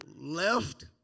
left